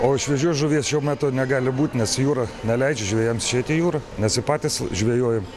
o šviežios žuvies šiuo metu negali būt nes jūra neleidžia žvejams išeit į jūrą mes ir patys žvejojam